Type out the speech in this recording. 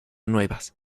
nuevas